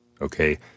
okay